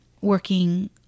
working